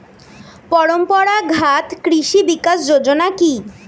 পরম্পরা ঘাত কৃষি বিকাশ যোজনা কি?